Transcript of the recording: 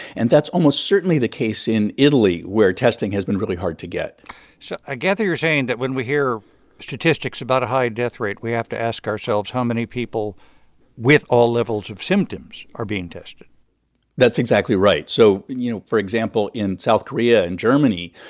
and that's almost certainly the case in italy, where testing has been really hard to get so i gather you're saying that when we hear statistics about a high death rate, we have to ask ourselves how many people with all levels of symptoms are being tested that's exactly right. so, you know, for example, in south korea and germany,